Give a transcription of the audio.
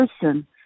person